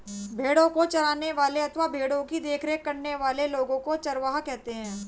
भेड़ों को चराने वाले अथवा भेड़ों की देखरेख करने वाले लोगों को चरवाहा कहते हैं